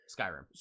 skyrim